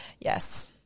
Yes